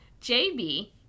JB